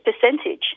percentage